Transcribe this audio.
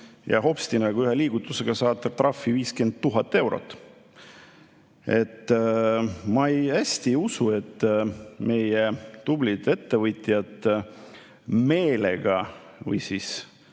ja hopsti, nagu ühe liigutusega saad trahvi 50 000 eurot. Ma hästi ei usu, et meie tublid ettevõtjad meelega või hea